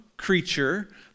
creature